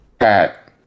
Cat